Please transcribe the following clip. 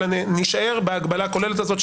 אלא נישאר בהגבלה הכוללת הזאת,